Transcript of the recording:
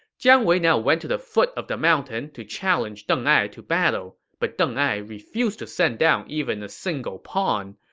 jiang wei now went to the foot of the mountain to challenge deng ai to battle, but deng ai refused to send down even a single pawn.